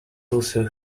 also